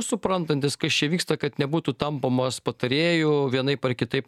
suprantantis kas čia vyksta kad nebūtų tampomos patarėjų vienaip ar kitaip